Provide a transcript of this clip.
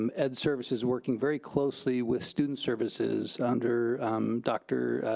um ed services working very closely with student services under dr.